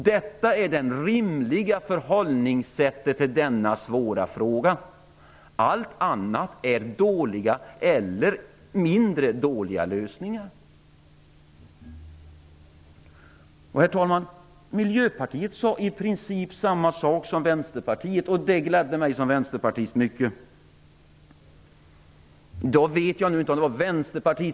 Detta är det rimliga förhållningssättet i denna svåra fråga. Allt annat är dåliga eller mindre dåliga lösningar. Herr talman! Miljöpartiet har i princip samma förslag som Vänsterpartiet. Det gladde mig som vänsterpartist mycket.